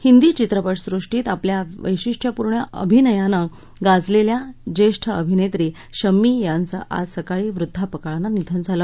हिंदी चित्रपटसृष्टीत आपल्या वैशिष्ट्यपूर्ण अभिनयाने गाजलेल्या ज्येष्ठ अभिनेत्री शम्मी यांचं आज सकाळी वृद्धापकाळानं निधन झालं